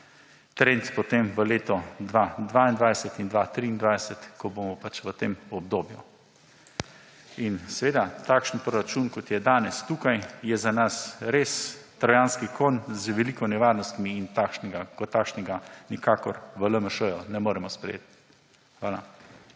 trend potem v letu 2022 in 2023, ko bomo pač v tem obdobju. Seveda takšen proračun, kot je danes tukaj, je za nas res trojanski konj z veliko nevarnostmi in kot takšnega v LMŠ ne moremo sprejeti. Hvala.